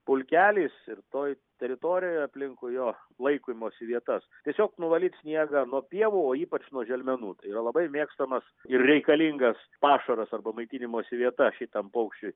pulkelis ir toj teritorijoj aplinkui jo laikymosi vietas tiesiog nuvalyt sniegą nuo pievų o ypač nuo želmenų tai yra labai mėgstamas ir reikalingas pašaras arba maitinimosi vieta šitam paukščiui